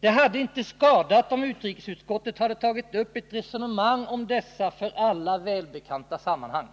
Det hade inte skadat om utskottet hade tagit upp ett resonemang om dessa för alla så välbekanta sammanhang